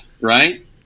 Right